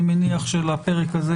אני מניח שלפרק הזה,